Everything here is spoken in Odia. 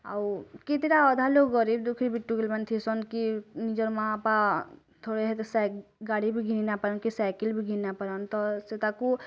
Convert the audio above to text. ଆଉ କେତେଟା ଅଧା ଲୋକ୍ ଗରିବ୍ ଦୁଃଖୀ ଥିସନ୍ କି ନିଜର୍ ମାଆ ବାପା ଗାଡ଼ି ବି ଘିନ୍ ନାଇ କି ସାଇକେଲ୍ବି ଘିନ୍ ନାଇଁ ପାରନ୍ ତ ସେ ତାକୁ